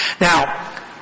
Now